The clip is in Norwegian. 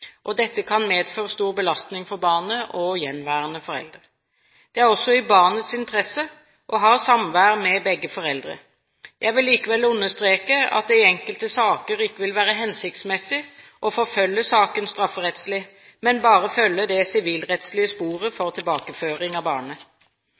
Dette kan medføre stor belastning for barnet og gjenværende forelder. Det er også i barnets interesse å ha samvær med begge foreldre. Jeg vil likevel understreke at det i enkelte saker ikke vil være hensiktsmessig å forfølge saken strafferettslig, men bare følge det sivilrettslige sporet